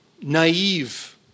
naive